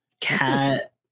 cat